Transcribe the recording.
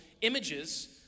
images